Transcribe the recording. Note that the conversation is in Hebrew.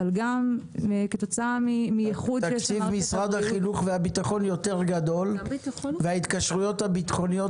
גם- -- תקציב משרד החינוך והביטחון יותר גדול וההתקשרויות הביטחוניות